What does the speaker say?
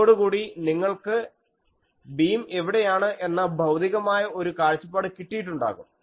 ഇതോടുകൂടി ഇപ്പോൾ നിങ്ങൾക്ക് ബീം എവിടെയാണ് എന്ന ഭൌതികമായ ഒരു കാഴ്ചപ്പാട് കിട്ടിയിട്ടുണ്ടാകും